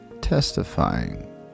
testifying